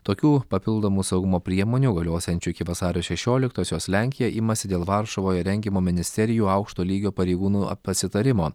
tokių papildomų saugumo priemonių galiosiančių iki vasario šešioliktosios lenkija imasi dėl varšuvoje rengiamo ministerijų aukšto lygio pareigūnų pasitarimo